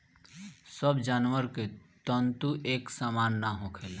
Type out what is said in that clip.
सब जानवर के तंतु एक सामान ना होखेला